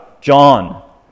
John